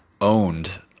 owned